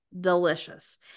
delicious